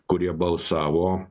kurie balsavo